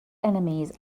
enemies